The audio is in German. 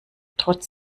trotz